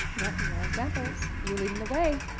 yeah you are examples. you're leading the way.